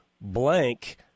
blank